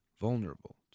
vulnerable